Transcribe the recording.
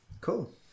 cool